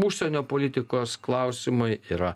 užsienio politikos klausimai yra